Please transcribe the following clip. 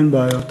אין בעיה.